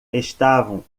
estavam